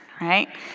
right